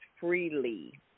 freely